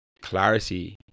clarity